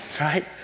right